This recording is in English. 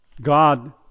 God